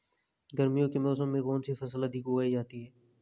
गर्मियों के मौसम में कौन सी फसल अधिक उगाई जाती है?